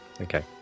Okay